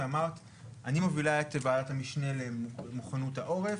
ואמרת: אני מובילה את ועדת המשנה למוכנות עורף,